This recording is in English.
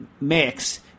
mix